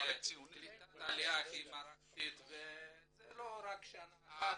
שקליטת העלייה היא מערכתית וזה לא רק שנה אחת.